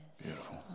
Beautiful